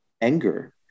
anger